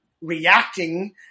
reacting